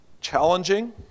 challenging